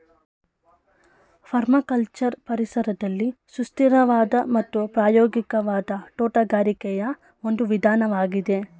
permaculture ಪರಿಸರದಲ್ಲಿ ಸುಸ್ಥಿರವಾದ ಮತ್ತು ಪ್ರಾಯೋಗಿಕವಾದ ತೋಟಗಾರಿಕೆಯ ಒಂದು ವಿಧಾನವಾಗಿದೆ